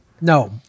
No